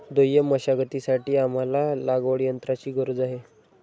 दुय्यम मशागतीसाठी आम्हाला लागवडयंत्राची गरज आहे